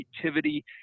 creativity